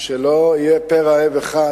שלא יהיה פה רעב אחד